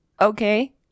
okay